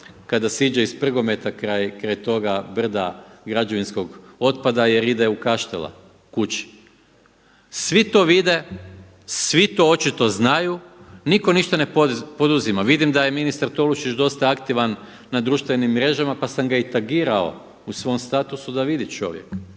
kada siđe iz Prgometa kraj toga brda građevinskog otpada jer ide u Kaštela kući. Svi to vide, svi to očito znaju, nitko ništa ne poduzima. Vidim da je ministar Tolušić dosta aktivan na društvenim mrežama pa sam ga i tagirao u svom statusu da vidi čovjek,